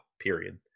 period